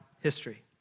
history